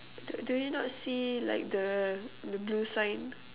d~ do you not see like the the blue sign